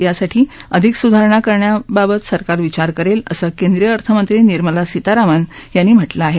यासाठी अधिक सुधारणा करण्याबाबत सरकार विचार करेल असं केंद्रीय अर्थमंत्री निर्मला सीतारामन यांनी म्हटलं आहे